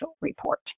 report